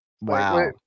Wow